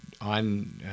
on